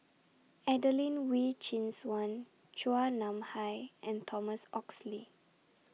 Adelene Wee Chin Suan Chua Nam Hai and Thomas Oxley